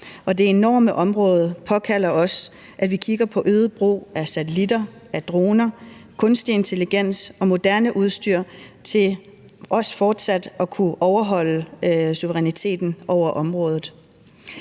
det enorme område kalder på, at vi kigger på øget brug af satellitter, af droner, af kunstig intelligens og moderne udstyr til også fortsat at kunne bevare suveræniteten over området.